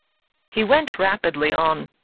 he went rapidly on.